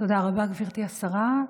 תודה רבה, גברתי השרה.